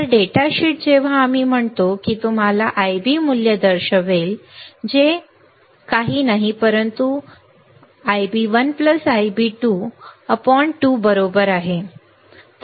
तर data sheet जेव्हा आम्ही म्हणतो की ते तुम्हाला Ib मूल्य दर्शवेल जे काही नाही परंतु Ib1Ib22 बरोबर आहे